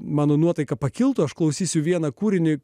mano nuotaika pakiltų aš klausysiu vieną kūrinį